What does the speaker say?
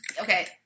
okay